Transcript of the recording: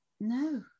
No